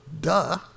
Duh